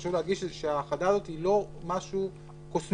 שחשוב להדגיש שההאחדה הזאת היא לא משהו קוסמטי,